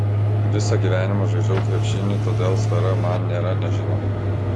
visą gyvenimą žaidžiau krepšinį todėl sfera man nėra nežinoma